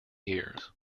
years